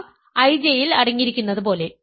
ar IJ ൽ അടങ്ങിയിരിക്കുന്നതുപോലെ